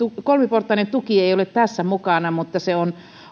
kolmiportainen tuki ei ole tässä mukana mutta se on